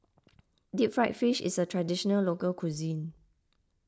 Deep Fried Fish is a Traditional Local Cuisine